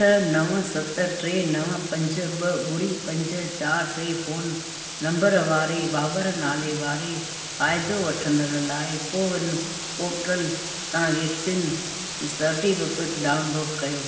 अठ नव सत टे नव पंज ॿ ॿुड़ी पंज चारि टे फोन नंबर वारे बाबर नाले वारे फ़ाइदो वठंदड़ु लाइ कोविन पोर्टल तां वैक्सीन सर्टिफिकेट डाउनलोड कयो